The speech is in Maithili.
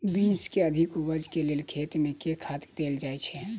बीन्स केँ अधिक उपज केँ लेल खेत मे केँ खाद देल जाए छैय?